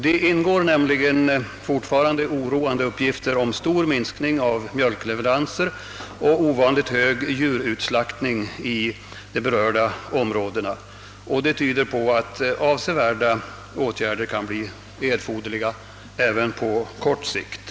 Det inkommer nämligen alltjämt oroande uppgifter om stor minskning av mjölkleveranser och en ovanligt hög djurutslaktning i de berörda områdena, och det tyder på att omfattande åtgärder kan bli erforderliga även på kort sikt.